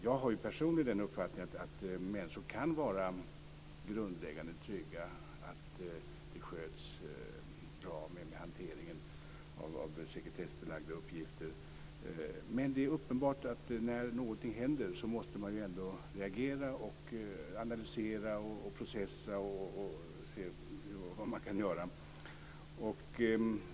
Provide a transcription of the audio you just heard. Jag har personligen den uppfattningen att människor kan vara grundläggande trygga i att hanteringen av sekretessbelagda uppgifter sköts bra. Men när någonting händer är det uppenbart att man måste reagera, analysera, processa och se vad man kan göra.